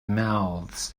mouths